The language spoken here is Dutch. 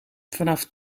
vanaf